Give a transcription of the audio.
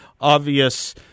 obvious